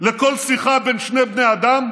לכל שיחה בין שני בני אדם,